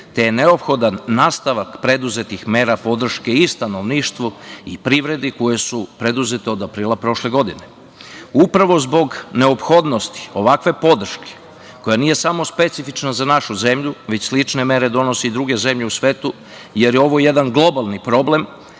te je neophodan nastavak preduzetih mera podrške i stanovništu i privredi koje su preduzete od aprila prošle godine. Upravo zbog neophodnosti ovakve podrške koja nije samo specifična za našu zemlju, već slične mere donose i druge zemlje u svetu, jer je ovo globalni problem